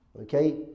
Okay